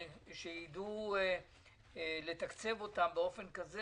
שידעו לתקצב אותם באופן כזה